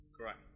Correct